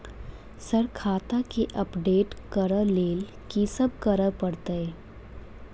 Sir खाता केँ update करऽ लेल की सब करै परतै?